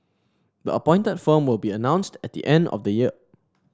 the appointed firm will be announced at the end of the year